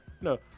No